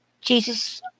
Jesus